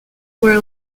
were